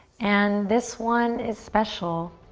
and this one is special.